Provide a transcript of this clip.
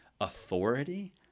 authority